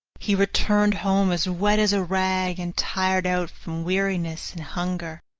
he returned home as wet as a rag, and tired out from weariness and hunger.